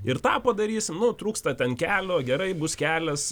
ir tą padarysim nu trūksta ten kelio gerai bus kelias